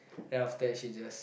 then after that she just